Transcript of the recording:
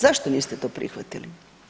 Zašto niste to prihvatili?